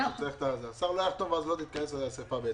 אם השר לא יחתום, לא תתכנס האסיפה.